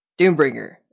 Doombringer